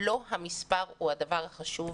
לא המספר הוא הדבר החשוב.